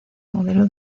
modelo